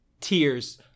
tears